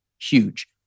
Huge